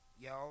Y'all